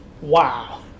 Wow